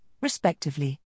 respectively